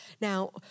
Now